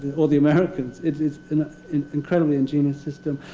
or the americans. it is an an incredibly ingenious system.